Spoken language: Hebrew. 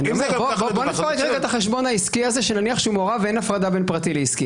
בוא נפרק את החשבון העסקי המעורב הזה ואין הפרדה בין פרטי לעסקי.